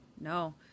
no